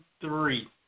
three